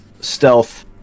stealth